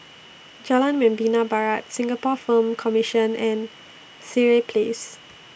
Jalan Membina Barat Singapore Film Commission and Sireh Place